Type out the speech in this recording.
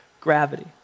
gravity